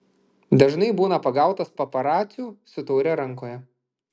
dažnai būna pagautas paparacių su taure rankoje